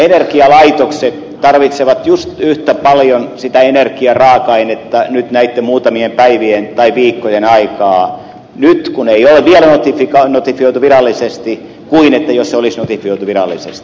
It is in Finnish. energialaitokset tarvitsevat just yhtä paljon sitä energiaraaka ainetta nyt näitten muutamien päivien tai viikkojen aikaan nyt kun ei ole vielä notifioitu virallisesti kuin jos se olisi notifioitu virallisesti